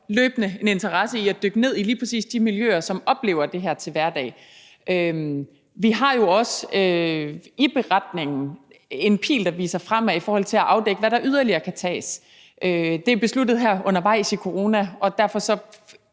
løbende en interesse i at dykke ned i lige præcis de miljøer, som oplever det her til hverdag. Vi har jo også i beretningen en pil, der viser fremad i forhold til at afdække, hvad der yderligere kan gøres. Det er besluttet her undervejs i corona, og derfor er